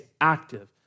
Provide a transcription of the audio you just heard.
active